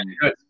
good